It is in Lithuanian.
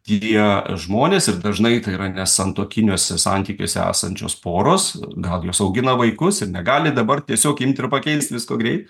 tie žmonės ir dažnai tai yra nesantuokiniuose santykiuose esančios poros gal jos augina vaikus ir negali dabar tiesiog imt ir pakeist visko greit